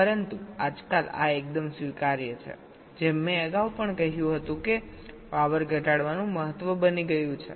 પરંતુ આજકાલ આ એકદમ સ્વીકાર્ય છે જેમ મેં અગાઉ પણ કહ્યું હતું કે પાવર ઘટાડવાનું મહત્વ બની ગયું છે